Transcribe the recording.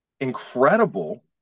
incredible